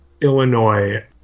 Illinois